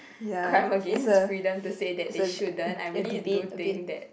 crime against freedom to say that they shouldn't I really do think that